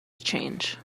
change